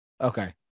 okay